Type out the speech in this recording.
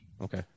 Okay